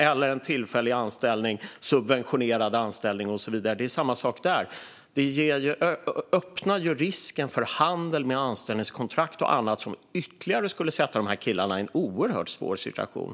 Samma sak gäller med tillfällig, subventionerad anställning och så vidare. Det öppnar för en risk för handel med anställningskontrakt och annat. Det skulle tyvärr sätta de här killarna i ytterligare en oerhört svår situation.